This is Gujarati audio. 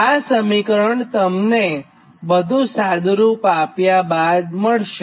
આ સમીકરણ તમને બધું સાદુરૂપ આપ્યા બાદ મળશે